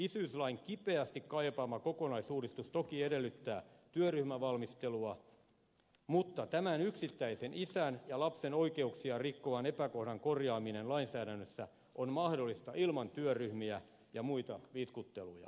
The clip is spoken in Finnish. isyyslain kipeästi kaipaama kokonaisuudistus toki edellyttää työryhmävalmistelua mutta tämän yksittäisen isän ja lapsen oikeuksia rikkovan epäkohdan korjaaminen lainsäädännössä on mahdollista ilman työryhmiä ja muita vitkutteluja